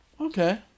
Okay